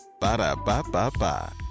Ba-da-ba-ba-ba